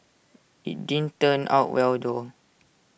IT did turn out well though